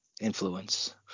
influence